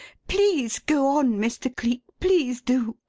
please go on, mr. cleek please do.